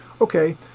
Okay